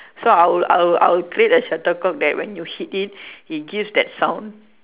so I will I will I will create a shuttlecock that when you hit it it gives that sound